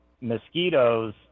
mosquitoes